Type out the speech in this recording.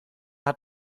hat